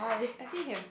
I think can